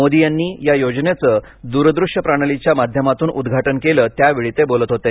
मोदी यांनी या योजनेचं दूरदृश्य प्रणालीच्या माध्यमातून उद्घाटन केलं त्यावेळी ते बोलत होते